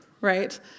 right